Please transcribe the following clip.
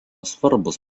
svarbus